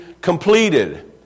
completed